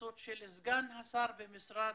אז לעולם לא נטפל בזה בצורה הזאת.